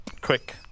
quick